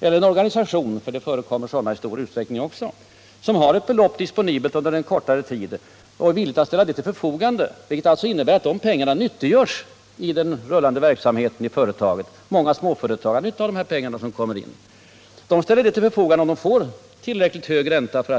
eller en organisation, för det förekommer också sådana i stor utsträckning — är kanske villiga att ställa det till förfogande om de får tillräckligt hög ränta för att disponera pengarna på det sättet, vilket innebär att pengarna nyttiggörs i den löpande verksamheten i företagen; många småföretag har nytta av de pengar som på så sätt kommer ut.